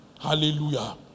Hallelujah